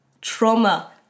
Trauma